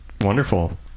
wonderful